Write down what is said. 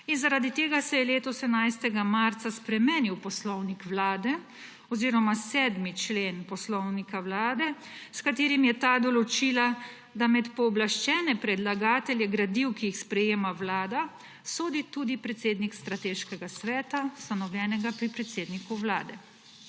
In zaradi tega se je letos 11. marca spremenil Poslovnik Vlade oziroma 7. člen Poslovnika Vlade, s katerim je ta določila, da med pooblaščene predlagatelje gradiv, ki jih sprejema Vlada, sodi tudi predsednik Strateškega sveta, ustanovljenega pri predsedniku Vlade.